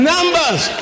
Numbers